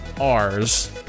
R's